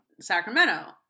Sacramento